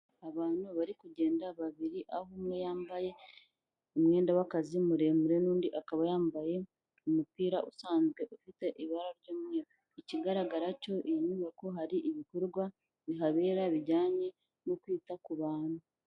Abantu bari kugenda babiri aho umwe yambaye umwenda w'akazi muremure, n'undi akaba yambaye umupira usanzwe ufite ibara ry'umweru. Ikigaragara cyo iyi nyubako hari ibikorwa bihabera bijyanye no kwita ku bantu.